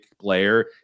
player